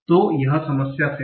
तो यह समस्या से है